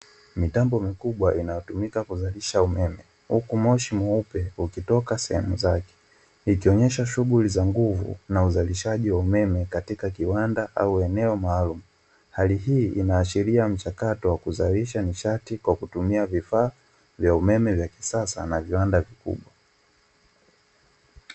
Mitambo mikubwa inayotumika kuzalisha umeme, huku moshi mweupe ukitoka sehemu zake, ikionyesha shughuli za nguvu na uzalishaji wa umeme katika kiwanda au eneo maalumu. Hali hii inaashiria mchakato wa kuzalisha nishati kwa kutumia vifaa vya umeme vya kisasa na viwanda vikubwa.